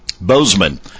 Bozeman